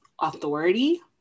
authority